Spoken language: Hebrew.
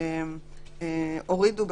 הורידו,